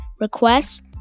requests